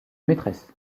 maîtresse